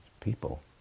people